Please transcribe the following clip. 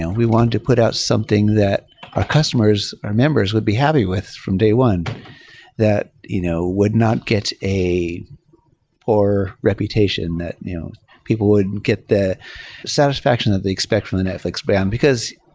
and we want to put out something that our customers, our members would be happy with from day one that you know would not get a poor reputation that people would get the satisfaction that they expect from the netflix brand. because,